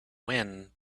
wind